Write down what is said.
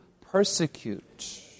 persecute